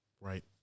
right